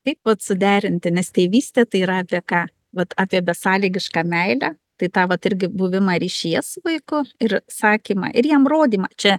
kaip vat suderinti nes tėvystė tai yra apie ką vat apie besąlygišką meilę tai tą vat irgi buvimą ryšyje su vaiku ir sakymą ir jam rodymą čia